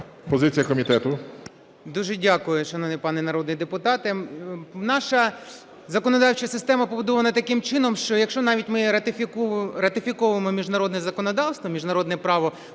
БАКУМОВ О.С. Дуже дякую, шановний пане народний депутат. Наша законодавча система побудована таким чином, що, якщо навіть ми ратифіковуємо міжнародне законодавство, міжнародне право